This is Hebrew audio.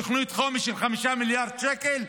תוכנית חומש של 5 מיליארד שקל?